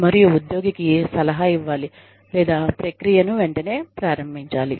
మరియు ఉద్యోగికి సలహా ఇవ్వాలి లేదా ప్రక్రియను వెంటనే ప్రారంభించాలి